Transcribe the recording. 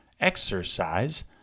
exercise